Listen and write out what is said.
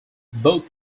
both